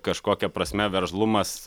kažkokia prasme veržlumas